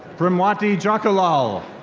premwattie jokhulall.